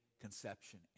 conception